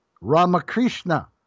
Ramakrishna